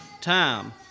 time